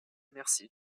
merci